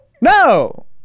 No